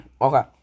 Okay